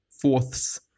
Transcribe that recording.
Fourths